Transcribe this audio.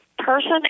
person